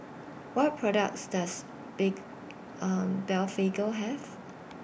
What products Does Blephagel Have